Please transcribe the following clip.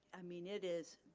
i mean, it is,